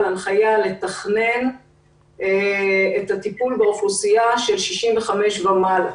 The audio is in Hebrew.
הנחיה לתכנן את הטיפול באוכלוסייה של בני 65 ומעלה.